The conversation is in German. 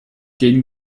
gegen